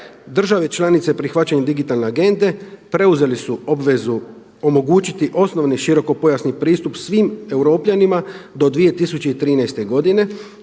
Države članice prihvaćanjem digitalne agende preuzele su obvezu omogućiti osnovni širokopojasni pristup svim Europljanima do 2013. godine